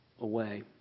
away